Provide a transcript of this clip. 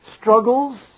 struggles